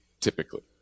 typically